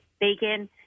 bacon